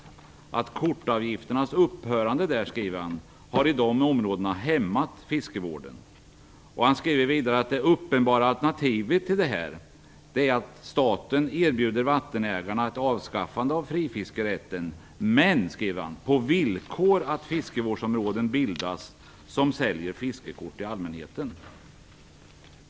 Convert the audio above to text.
Han menar att kortavgifternas upphörande i dessa områden har hämmat fiskevården, och anser vidare att det uppenbara alternativet är att staten erbjuder vattenägarna ett avskaffande av frifiskerätten. Men detta måste då ske på villkor att fiskevårdsområden som säljer fiskekort till allmänheten bildas.